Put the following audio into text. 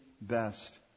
best